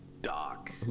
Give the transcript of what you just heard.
Doc